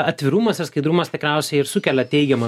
atvirumas ir skaidrumas tikriausiai ir sukelia teigiamą